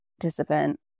participant